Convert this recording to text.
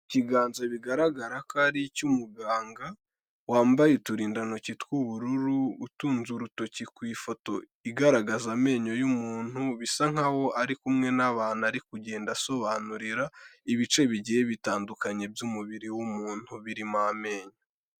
Ikiganza bigaragara ko ari icy'umuganga, wambaye uturindantoki tw'ubururu, utunze urutoki ku ifoto igaragaza amenyo y'umuntu, bisa nk'aho ari kumwe n'abantu ari kugenda asobanurira, ibice bibiri bitandukanye by'umubiri w'umuntu, birimo amenyo.